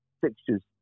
fixtures